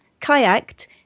kayaked